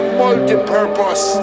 multi-purpose